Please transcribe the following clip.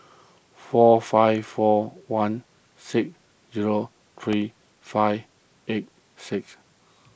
four five four one six zero three five eight six